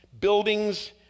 Buildings